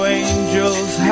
angels